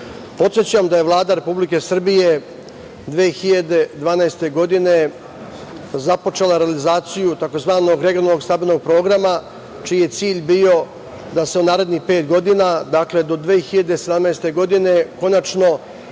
da ja Vlada Republike Srbije 2012. godine započela realizaciju tzv. regionalnog stabilnog programa čiji je cilj bio da se u narednih pet godina, dakle do 2017. godine konačno